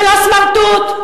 ולא סמרטוט,